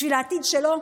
בשביל העתיד שלו?